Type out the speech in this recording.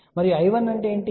మరియు I1 అంటే ఏమిటి